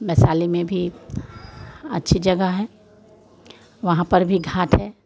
वैशाली में भी अच्छी जगह है वहाँ पर भी घाट है